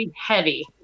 heavy